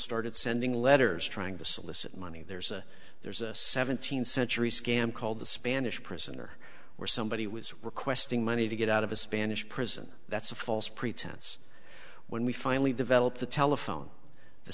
started sending letters trying to solicit money there's a there's a seventeenth century scam called the spanish prisoner where somebody was requesting money to get out of a spanish prison that's a false pretense when we finally develop the telephone the